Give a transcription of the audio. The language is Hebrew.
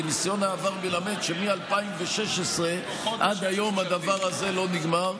כי ניסיון העבר מלמד שמ-2016 עד היום הדבר הזה לא נגמר.